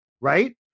right